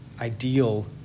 ideal